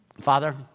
Father